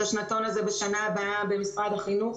את השנתון הזה בשנה הבאה במשרד החינוך.